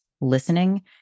listening